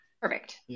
Perfect